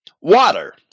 water